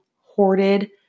hoarded